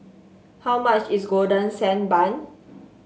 how much is Golden Sand Bun